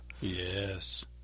Yes